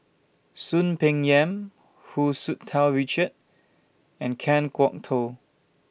Soon Peng Yam Hu Tsu Tau Richard and Kan Kwok Toh